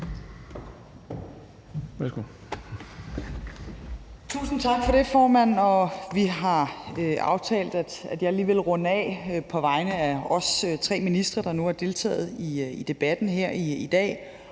Tusind tak for det, formand. Vi har aftalt, at jeg lige vil runde af på vegne af os tre ministre, der nu har deltaget i debatten her i dag.